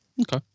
Okay